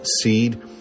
seed